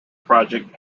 project